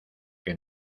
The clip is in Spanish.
que